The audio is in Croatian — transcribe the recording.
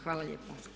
Hvala lijepa.